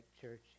church